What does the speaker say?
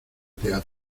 teatro